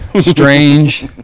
strange